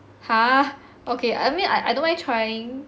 !huh! okay I mean I I don't mind trying